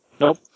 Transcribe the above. Nope